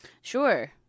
Sure